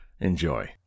Enjoy